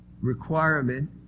requirement